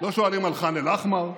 ח'אן אל-אחמר,